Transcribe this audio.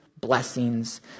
blessings